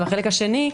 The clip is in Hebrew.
והחלק השני,